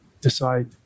decide